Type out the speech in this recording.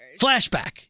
Flashback